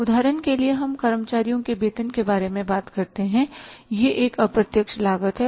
उदाहरण के लिए हम कर्मचारियों के वेतन के बारे में बात करते हैं यह एक अप्रत्यक्ष लागत है